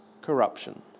corruption